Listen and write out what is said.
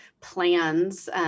plans